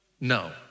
no